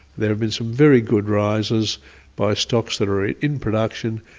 there have been some very good rises by stocks that are in production,